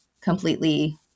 completely